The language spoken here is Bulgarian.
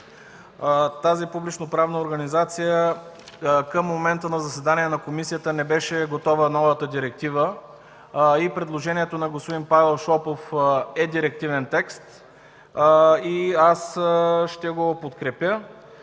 тази публично-правна организация към момента на заседанието на комисията новата директива не беше готова. Предложението на господин Павел Шопов е директивен текст и аз ще го подкрепя.